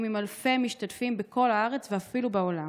עם אלפי משתתפים בכל הארץ ואפילו בעולם.